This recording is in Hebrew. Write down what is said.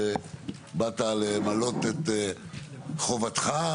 ובאת למלא את חובתך.